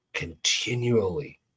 continually